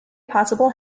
possible